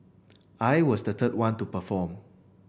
I was the third one to perform